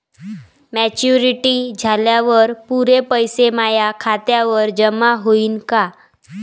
Maturity झाल्यावर पुरे पैसे माया खात्यावर जमा होईन का?